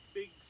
big